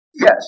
Yes